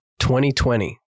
2020